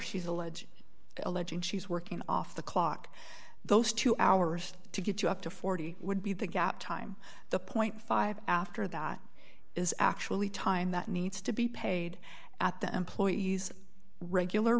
she's allege alleging she's working off the clock those two hours to get you up to forty would be the gap time the point five after that is actually time that needs to be paid at the employee's regular